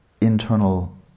internal